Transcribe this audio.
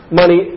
money